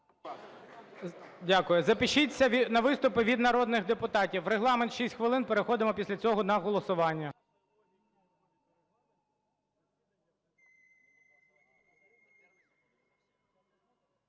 Дякую. Запишіться на виступи від народних депутатів, регламент – 6 хвилин. Переходимо після цього на голосування.